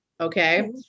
Okay